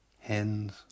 hens